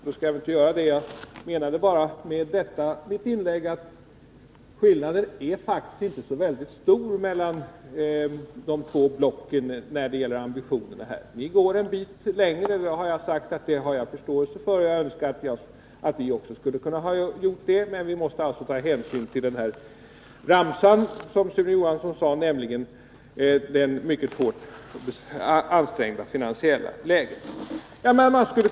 Då skall jag inte göra det — jag menade bara med mitt inlägg på den punkten att skillnaden mellan de båda blocken faktiskt inte är särskilt stor när det gäller ambitionerna. Ni går en bit längre, och jag har sagt att jag har förståelse för det. Jag önskar att vi också skulle ha kunnat göra det, men vi måste alltså ta hänsyn till det mycket hårt ansträngda finansiella läget — ramsan, som Sune Johansson sade.